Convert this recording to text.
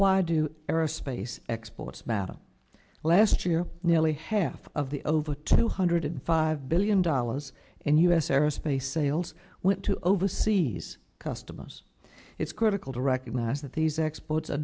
why do aerospace exports matter last year nearly half of the over two hundred five billion dollars in u s aerospace sales went to overseas customers it's critical to recognize that these exports a